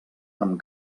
amb